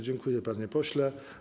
Dziękuję, panie pośle.